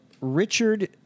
Richard